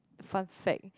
fun fact